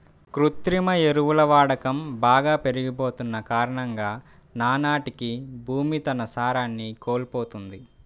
కృత్రిమ ఎరువుల వాడకం బాగా పెరిగిపోతన్న కారణంగా నానాటికీ భూమి తన సారాన్ని కోల్పోతంది